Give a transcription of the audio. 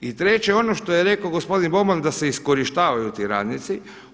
I treće ono što je rekao gospodin Boban da se iskorištavaju ti radnici.